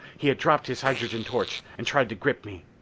he had dropped his hydrogen torch, and tried to grip me.